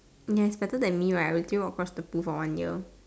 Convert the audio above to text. ya it's better than me right I will swim across the pool for one year